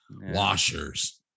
Washers